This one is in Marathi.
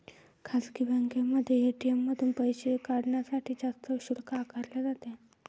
खासगी बँकांमध्ये ए.टी.एम मधून पैसे काढण्यासाठी जास्त शुल्क आकारले जाते